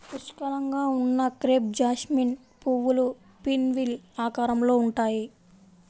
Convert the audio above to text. పుష్కలంగా ఉన్న crepe jasmine పువ్వులు పిన్వీల్ ఆకారంలో ఉంటాయి